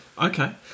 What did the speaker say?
Okay